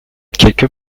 quelque